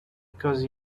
because